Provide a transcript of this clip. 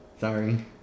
Sorry